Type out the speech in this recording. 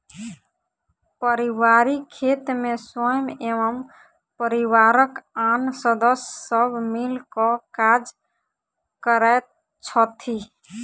पारिवारिक खेत मे स्वयं एवं परिवारक आन सदस्य सब मिल क काज करैत छथि